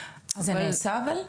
אבל- -- זה נעשה אבל?